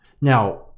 now